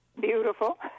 Beautiful